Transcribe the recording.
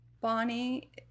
Bonnie